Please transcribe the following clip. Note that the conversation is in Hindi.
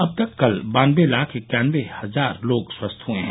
अब तक कल बानबे लाख इक्यानबे हजार लोग स्वस्थ हुए हैं